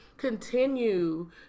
continue